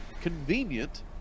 convenient